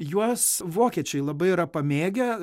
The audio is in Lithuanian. juos vokiečiai labai yra pamėgę